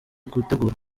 gutegurwa